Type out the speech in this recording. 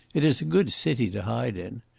it is a good city to hide in.